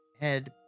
head